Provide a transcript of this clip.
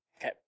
Okay